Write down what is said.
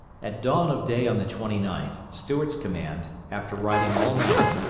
at dawn of day on the twenty ninth, stuart's command, after riding all night,